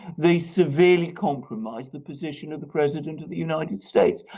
they severely compromised the position of the president of the united states.